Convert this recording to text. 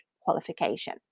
qualification